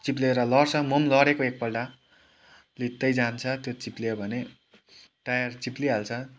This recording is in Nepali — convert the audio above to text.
चिप्लेर लड्छ म पनि लडेको एकपल्ट प्लित्तै जान्छ त्यो चिप्ल्यो भने टायर चिप्लिहाल्छ